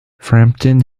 frampton